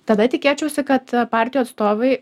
tada tikėčiausi kad partijų atstovai